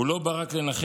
הוא לא בא רק לנחם,